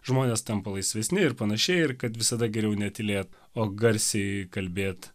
žmonės tampa laisvesni ir panašiai ir kad visada geriau netylėt o garsiai kalbėt